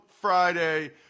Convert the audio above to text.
Friday